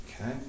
Okay